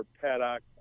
paddock